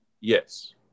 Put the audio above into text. Yes